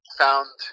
found